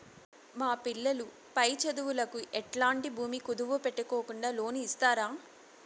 మా పిల్లలు పై చదువులకు ఎట్లాంటి భూమి కుదువు పెట్టుకోకుండా లోను ఇస్తారా